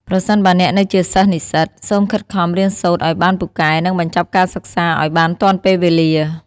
ប្រសិនបើអ្នកនៅជាសិស្សនិស្សិត សូមខិតខំ រៀនសូត្រឲ្យបានពូកែ និង បញ្ចប់ការសិក្សាឲ្យបានទាន់ពេលវេលា។